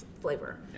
flavor